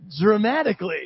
dramatically